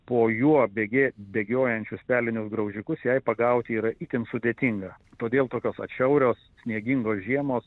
po juo bėgė bėgiojančius pelinius graužikus jai pagauti yra itin sudėtinga todėl tokios atšiaurios sniegingos žiemos